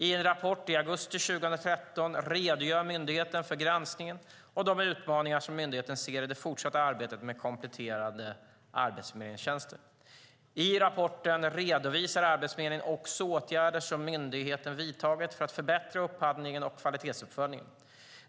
I en rapport i augusti 2013 redogör myndigheten för granskningen och de utmaningar som myndigheten ser i det fortsatta arbetet med kompletterande arbetsförmedlingstjänster. I rapporten redovisar Arbetsförmedlingen också åtgärder som myndigheten vidtagit för att förbättra upphandlingen och kvalitetsuppföljningen.